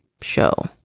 show